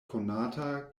konata